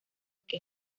que